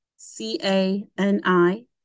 C-A-N-I